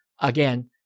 again